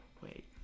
Wait